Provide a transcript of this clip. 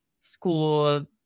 school